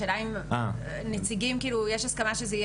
השאלה היא האם לנציגים יש הסכמה שזאת תהיה